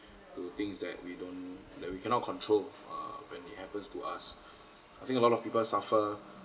to things that we don't that we cannot control uh when it happens to us I think a lot of people suffer